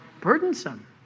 Burdensome